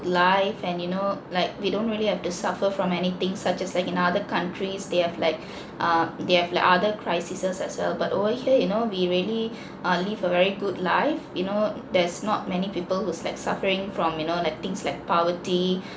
life and you know like we don't really have to suffer from anything such as like in other countries they have like err they have like other crisises as well but over here you know we really err live a very good life you know there's not many people who is like suffering from you know like things like poverty